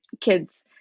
kids